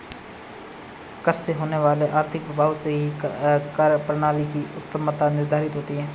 कर से होने वाले आर्थिक प्रभाव से ही कर प्रणाली की उत्तमत्ता निर्धारित होती है